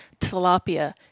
tilapia